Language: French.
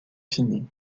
finis